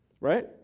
right